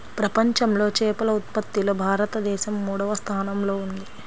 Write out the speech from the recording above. ప్రపంచంలో చేపల ఉత్పత్తిలో భారతదేశం మూడవ స్థానంలో ఉంది